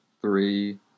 three